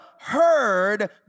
heard